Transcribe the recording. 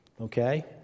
Okay